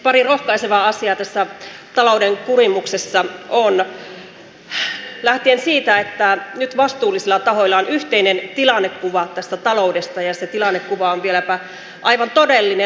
pari rohkaisevaa asiaa tässä talouden kurimuksessa on lähtien siitä että nyt vastuullisilla tahoilla on yhteinen tilannekuva tästä taloudesta ja se tilannekuva on vieläpä aivan todellinen